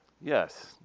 Yes